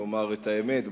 לומר את האמת,